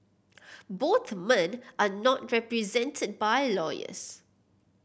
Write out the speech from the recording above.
both men are not represented by lawyers